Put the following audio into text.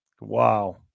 Wow